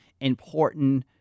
important